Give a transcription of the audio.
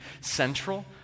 central